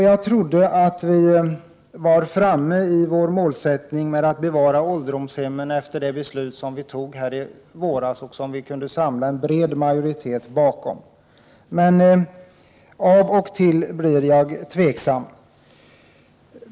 Jag trodde att vi hade nått målsättningen att bevara ålderdomshemmen i och med beslutet som vi fattade i våras och som vi kunde samla en bred majoritet bakom. Men av och till blir jag tveksam.